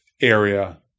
area